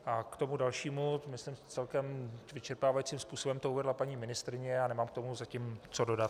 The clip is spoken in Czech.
A k tomu dalšímu myslím celkem vyčerpávajícím způsobem to uvedla paní ministryně a nemám k tomu zatím co dodat.